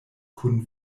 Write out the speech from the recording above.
kun